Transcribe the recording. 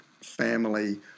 family